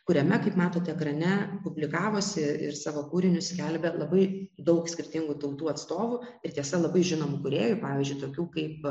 kuriame kaip matot ekrane publikavusi ir savo kūrinius skelbė labai daug skirtingų tautų atstovų ir tiesa labai žinomų kūrėjų pavyzdžiui tokių kaip